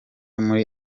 muri